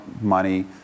money